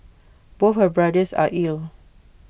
both her brothers are ill